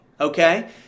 okay